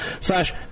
slash